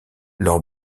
leur